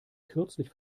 kürzlich